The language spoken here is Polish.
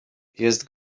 jest